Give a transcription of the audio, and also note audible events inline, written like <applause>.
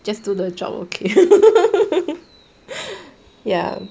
just do the job okay <laughs>